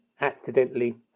accidentally